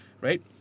Right